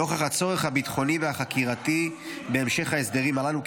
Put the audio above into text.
נוכח הצורך הביטחוני והחקירתי בהמשך ההסדרים הללו,